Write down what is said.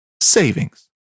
savings